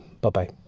Bye-bye